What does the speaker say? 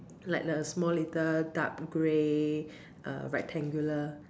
like a small little dark grey err rectangular